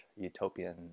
utopian